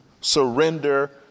surrender